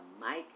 Mike